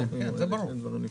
כן, זה ברור.